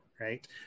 right